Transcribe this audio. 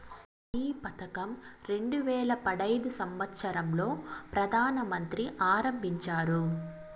ఈ పథకం రెండు వేల పడైదు సంవచ్చరం లో ప్రధాన మంత్రి ఆరంభించారు